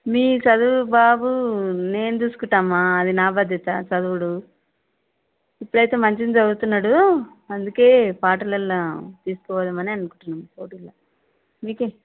మీ చదువు బాబు నేను చూసుకుంటాను అమ్మ అది నా బాధ్యత చదువు ఇప్పుడు అయితే మంచిగా చదువుతున్నాడు అందుకే పాటలలో తీసుకుపోదాం అని అనుకుంటున్నాం పోటీలలో మీకు